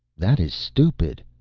that is stupid.